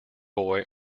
boy